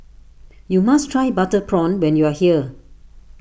you must try Butter Prawn when you are here